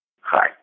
Hi